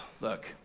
look